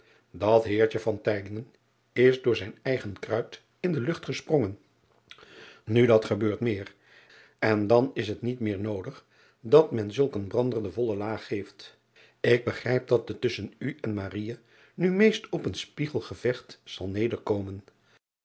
at eertje is door zijn eigen kruid in de lucht gesprongen u dat gebeurt meer en dan is het niet niet noodig dat men zulk een brander de driaan oosjes zn et leven van aurits ijnslager volle laag geeft k begrijp dat het tusschen u en nu meest op een spiegelgevecht zal